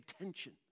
attention